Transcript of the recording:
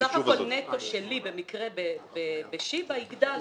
הסך הכול נטו שלי במקרה בשיבא יגדל.